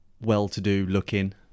well-to-do-looking